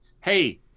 hey